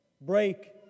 Break